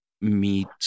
meet